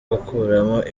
gukuramo